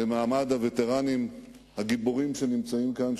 במעמד הווטרנים הגיבורים שנמצאים כאן,